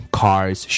cars